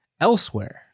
elsewhere